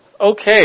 okay